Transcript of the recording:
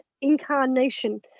incarnation